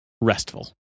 restful